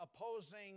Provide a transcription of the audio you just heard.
opposing